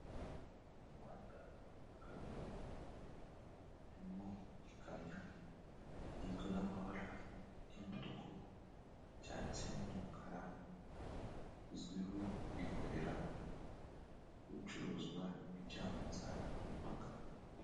Umuhanda wa kaburimbo harimo ikamyo igizwe n'amabara y'umutuku, icyatsi n'umukara izwiho kwikorera ibicuruzwa ibyambutsa imipaka.